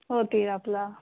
हो ते आपला